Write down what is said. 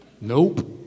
Nope